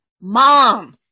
mom